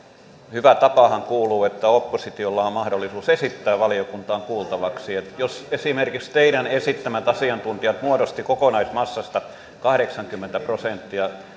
hyvään tapaanhan kuuluu että oppositiolla on on mahdollisuus esittää valiokuntaan kuultavaksi jos esimerkiksi teidän esittämänne asiantuntijat muodostivat kokonaismassasta kahdeksankymmentä prosenttia